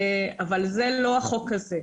אבל זה לא החוק הזה.